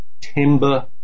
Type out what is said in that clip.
Timber